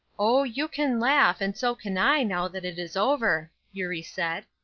oh, you can laugh, and so can i, now that it is over, eurie said.